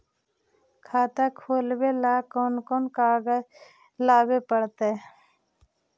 खाता खोलाबे ल कोन कोन कागज लाबे पड़तै?